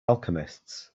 alchemists